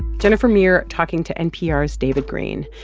jennifer meir talking to npr's david greene.